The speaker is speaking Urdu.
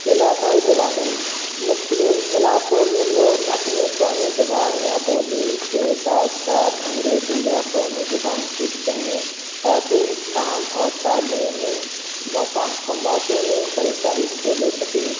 علاقائی زبانیں مختلف علاقوں میں لوگ اپنے قومی زبان یا بولی کے ساتھ ساتھ انگریجی یا قومی زبان سیکھتے ہیں تاکہ کام اور تعلیمی موقع میں بہتر حصے لے سکے